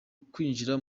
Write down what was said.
kwinjira